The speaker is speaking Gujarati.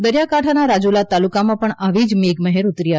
દરિયાકાંઠાના રાજલા તાલુકામાં પણ આવી જ મેઘ મહેર ઉતરી આવી છે